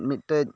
ᱢᱤᱫᱴᱮᱱ